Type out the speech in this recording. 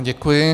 Děkuji.